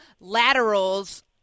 laterals